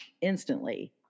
instantly